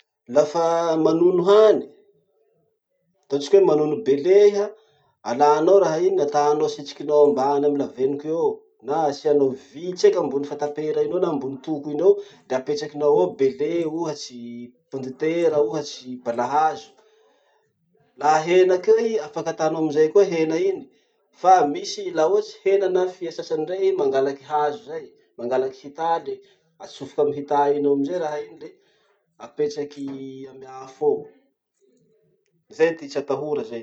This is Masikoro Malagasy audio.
Lafa manono hany, ataotsika hoe manono bele iha, alanao raha iny ataonao asitrikinao ambany amy lavenoky i eo, na asianao vy tseky ambony fatapera iny eo na ambony toko iny eo, de apetrakinao eo bele ohatsy, pondetera ohatsy, balahazo. Laha hena koa i afaky ataonao anizay koa hena iny. Fa misy la ohatsy na fia sasany rey, mangalaky hazo zay, mangalaky hità le atsofoky amy hità iny eo amizay raha iny le apetraky amy afo eo. Zay ty tsy atahora zay.